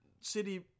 city